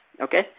Okay